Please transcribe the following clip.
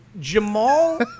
Jamal